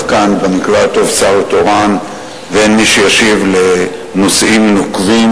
כאן במקרה הטוב שר תורן ואין מי שישיב בנושאים נוקבים,